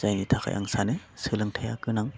जायनि थाखाय आं सानो सोलोंथाइया गोनां